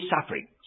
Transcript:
sufferings